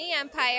Empire